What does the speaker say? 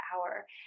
hour